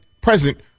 present